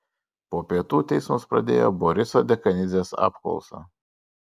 po pietų teismas pradėjo boriso dekanidzės apklausą